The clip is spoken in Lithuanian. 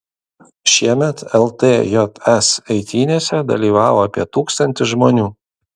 šiemet ltjs eitynėse dalyvavo apie tūkstantis žmonių